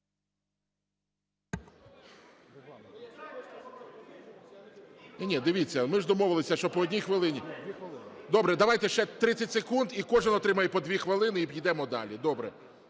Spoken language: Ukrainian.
Добре, давайте ще 30 секунд і кожен отримає по 2 хвилини, і йдемо далі. Добре.